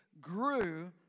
grew